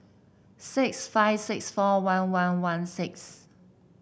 six five six four one one one six